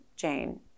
Jane